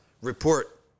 Report